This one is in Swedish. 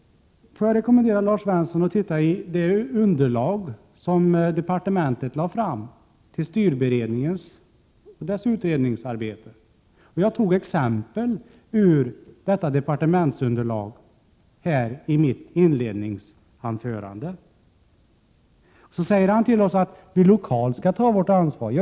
1987/88:123 Lars Svensson att titta i det underlag som departementet lade fram till styrberedningens utredningsarbete. Jag tog exempel ur detta departementsunderlag i mitt inledningsanförande här. Så säger Lars Svensson att vi lokalt skall ta vårt ansvar.